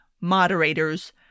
moderators